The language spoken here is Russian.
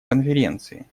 конференции